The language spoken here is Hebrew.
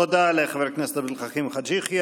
תודה לחבר הכנסת עבד אל חכים חאג' יחיא.